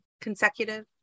consecutive